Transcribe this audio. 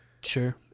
Sure